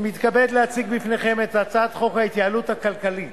אני מתכבד להציג בפניכם את הצעת חוק ההתייעלות הכלכלית